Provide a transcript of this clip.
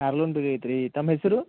car loan ಬೇಕಾಗೈತ್ರಿ ತಮ್ಮ ಹೆಸ್ರು